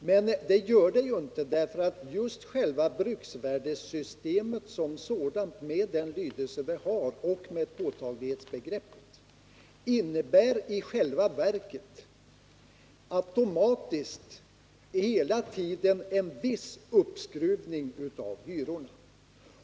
Men det gör det inte, därför att just själva bruksvärdessystemet som sådant med den lydelse lagen har — ”påtagligt högre” — innebär i själva verket hela tiden en viss uppskruvning av hyrorna.